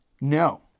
No